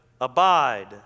abide